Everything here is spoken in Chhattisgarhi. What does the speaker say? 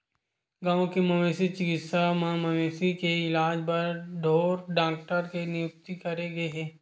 गाँव के मवेशी चिकित्सा म मवेशी के इलाज बर ढ़ोर डॉक्टर के नियुक्ति करे गे हे